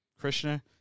Krishna